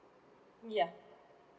yeah